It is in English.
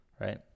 Right